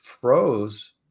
froze